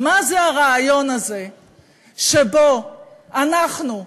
מה זה הרעיון הזה שבו אנחנו,